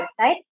website